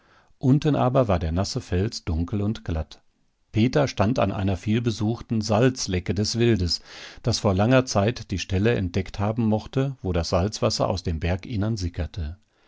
unten aber war der nasse fels dunkel und glatt peter stand an einer vielbesuchten salzlecke des wildes das vor langer zeit die stelle entdeckt haben mochte wo das salzwasser aus dem berginnern sickerte